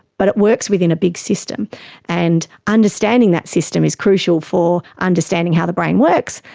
but it works within a big system and understanding that system is crucial for understanding how the brain works,